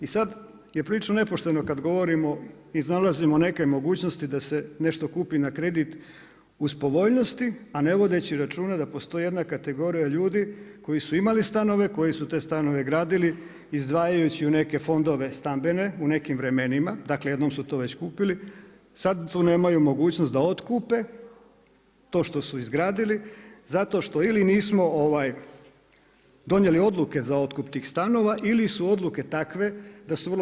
I sada je … nepošteno kada govorimo iznalazimo neke mogućnosti da se nešto kupi na kredit uz povoljnosti, a ne vodeći računa da postoji jedna kategorija ljudi koji su imali stanove, koji su te stanove gradili izdvajajući u neke fondove stambene u nekim vremenima, dakle jednom su to već kupili, sada tu nemaju mogućnost da otkupe to što su izgradili zato što ili nismo donijeli odluke za otkup tih stanova ili su odluke takve da su vrlo